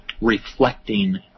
reflecting